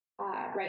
Right